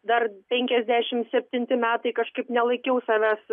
dar penkiasdešmt septinti metai kažkaip nelaikiau savęs